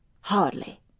Hardly